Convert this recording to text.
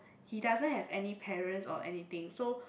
he doesn't have any parents or anything so